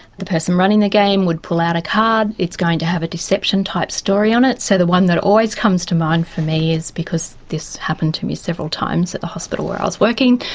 the person running the game would pull out a card, it's going to have a deception type story on it, so the one that always comes to mind for me, because this happened to me several times at the hospital where i was working,